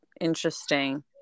Interesting